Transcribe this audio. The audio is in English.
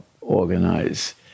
organize